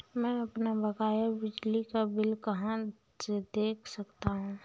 मैं अपना बकाया बिजली का बिल कहाँ से देख सकता हूँ?